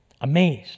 Amazed